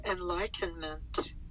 enlightenment